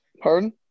Pardon